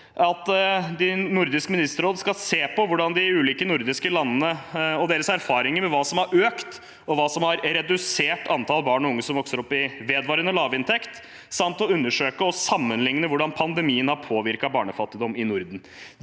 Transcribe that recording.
at Nordisk ministerråd skal se på de ulike nordiske landenes erfaringer med hva som har økt, og hva som har redusert antall barn og unge som vokser opp i vedvarende lavinntekt, samt å undersøke og sammenligne hvordan pandemien har påvirket barnefattigdom i Norden.